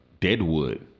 Deadwood